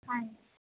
ਹਾਂਜੀ